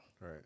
Right